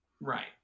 right